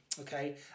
Okay